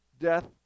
death